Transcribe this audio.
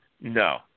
No